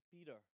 Peter